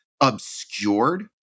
obscured